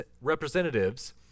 representatives